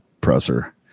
presser